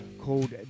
called